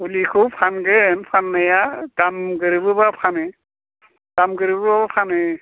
फुलिखौ फानगोन फाननाया दाम गोरोबोब्ला फानो दाम गोरोबोब्ला फानो